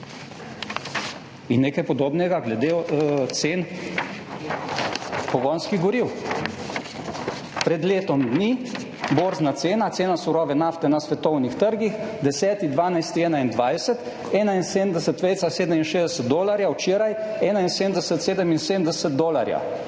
In nekaj podobnega glede cen pogonskih goriv, pred letom dni, borzna cena, cena surove nafte na svetovnih trgih 10. 12. 2021 71,67 dolarjev, včeraj 71,77 dolarja.